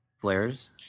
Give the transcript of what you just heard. flares